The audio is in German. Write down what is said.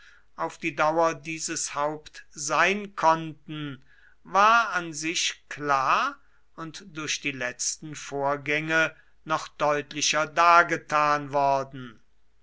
auf die dauer dieses haupt sein konnten war an sich klar und durch die letzten vorgänge noch deutlicher dargetan worden